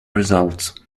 results